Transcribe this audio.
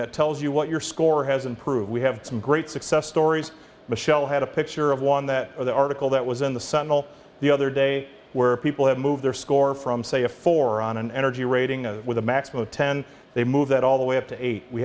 that tells you what your score has improved we have some great success stories michelle had a picture of one that or the article that was in the sentinel the other day where people have moved their score from say a four on an energy rating a with a maximum of ten they move that all the way up to eight we